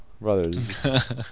Brothers